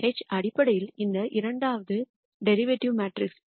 H அடிப்படையில் இந்த இரண்டாவது டெரிவேட்டிவ் மேட்ரிக்ஸ்